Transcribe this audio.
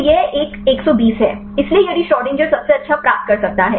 तो यह एक 120 है इसलिए यदि श्रोडिंगर सबसे अच्छा प्राप्त कर सकता है